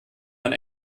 man